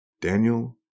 Daniel